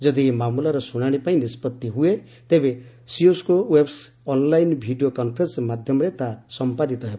ଯଦି ଏହି ମାମଲାର ଶୁଣାଣି ପାଇଁ ନିଷ୍ପଭି ହୁଏ ତେବେ Cisco Webex online video conferencing ମାଧ୍ୟମରେ ତାହା ସମ୍ପାଦିତ ହେବ